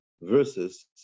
versus